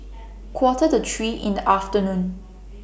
Quarter to three in The afternoon